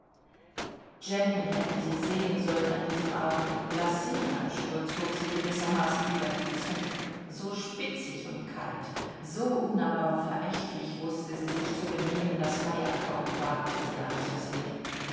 jenny hätten sie sehen sollen an diesem abend glachandschuhe zog sie gewissermaßen über die zunge so spitzig und kalt so unnahbar verächtlich wußte sie sich zu benehmen daß meyer kaum wagte sie anzusehen